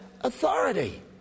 authority